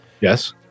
Yes